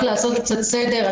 רק לעשות קצת סדר,